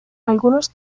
algunos